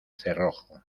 cerrojo